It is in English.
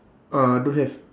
uh don't have